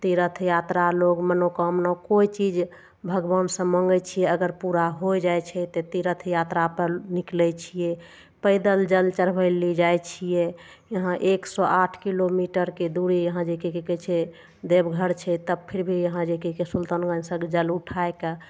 तीर्थ यात्रा लोग मनोकामना कोइ चीज भगवानसँ माँगय छियै अगर हमरा हो जाइ छै तऽ तीर्थ यात्रापर निकलय छियै पैदल जल चढ़बय लिए जाइ छियै यहाँ एक सओ आठ किलोमीटरके दूरी यहाँ जे कि कहय छै देवघर छै तब फिर भी यहाँ जे कि कहय सुल्तानगञ्जसँ जल उठायके